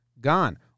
gone